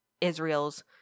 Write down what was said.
Israel's